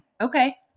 Okay